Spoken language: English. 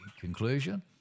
conclusion